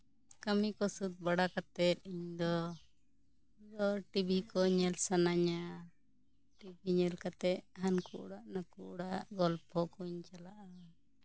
ᱠᱟᱹᱢᱤ ᱠᱚ ᱥᱟᱹᱛ ᱵᱟᱲᱟ ᱠᱟᱛᱮᱜ ᱤᱧ ᱫᱚ ᱴᱤᱵᱷᱤ ᱠᱚ ᱧᱮᱞ ᱥᱟᱱᱟᱧᱟ ᱴᱤᱵᱷᱤ ᱧᱮᱞ ᱠᱟᱛᱮᱜ ᱦᱟ ᱱᱠᱩ ᱚᱲᱟᱜ ᱱᱟᱠᱩ ᱚᱲᱟᱜ ᱜᱚᱞᱯᱚ ᱠᱩᱧ ᱪᱟᱞᱟᱜᱼᱟ